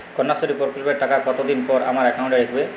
কন্যাশ্রী প্রকল্পের টাকা কতদিন পর আমার অ্যাকাউন্ট এ ঢুকবে?